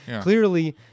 clearly